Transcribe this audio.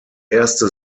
erste